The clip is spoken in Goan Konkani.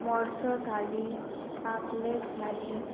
मोडसो थाली पापलेट थाली